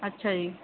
ਅੱਛਾ ਜੀ